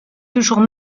toujours